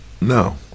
No